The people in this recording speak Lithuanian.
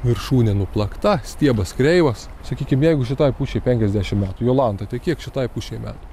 viršūnė nuplakta stiebas kreivas sakykim jeigu šitai pušiai penkiasdešimt metų jolanta tai kiek šitai pušiai metų